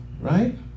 right